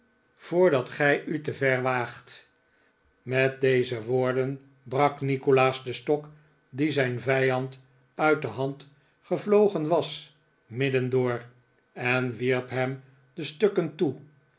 voordat gij u te ver waagt met deze woorden brak nikolaas den stok die zijn vijand uit de hand gevlogen was midden door en wierp hem de stukken toe